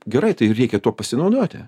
gerai tai reikia tuo pasinaudoti